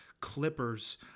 Clippers